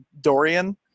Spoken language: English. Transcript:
Dorian